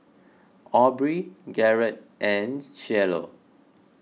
Aubrey Garett and Cielo